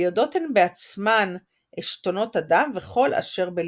ויודעות הן בעצמן עשתנות אדם וכל־אשר בלבו”.